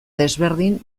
desberdin